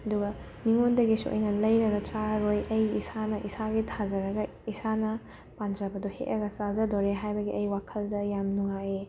ꯑꯗꯨꯒ ꯃꯤꯉꯣꯟꯗꯒꯤꯁꯨ ꯑꯩꯅ ꯂꯩꯔꯒ ꯆꯥꯔꯣꯏ ꯑꯩ ꯏꯁꯥꯅ ꯏꯁꯥꯒꯤ ꯊꯥꯖꯔꯒ ꯏꯁꯥꯅ ꯄꯥꯟꯖꯕꯗꯣ ꯍꯦꯛꯑꯒ ꯆꯥꯖꯗꯣꯔꯦ ꯍꯥꯏꯕꯒꯤ ꯑꯩ ꯋꯥꯈꯜꯗ ꯌꯥꯝ ꯅꯨꯡꯉꯥꯏꯌꯦ